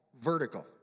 vertical